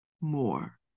more